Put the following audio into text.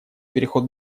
переход